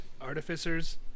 artificers